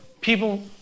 people